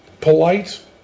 polite